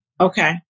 Okay